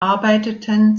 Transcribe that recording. arbeiteten